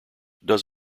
does